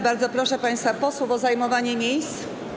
Bardzo proszę państwa posłów o zajmowanie miejsc.